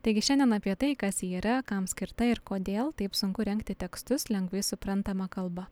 taigi šiandien apie tai kas ji yra kam skirta ir kodėl taip sunku rengti tekstus lengvai suprantama kalba